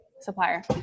Supplier